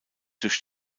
durch